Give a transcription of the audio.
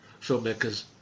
filmmakers